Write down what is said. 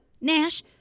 Nash